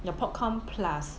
the popcorn plus